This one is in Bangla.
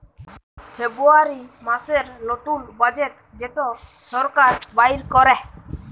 ফেব্রুয়ারী মাসের লতুল বাজেট যেট সরকার বাইর ক্যরে